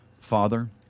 Father